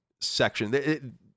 section